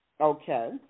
Okay